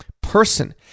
person